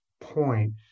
point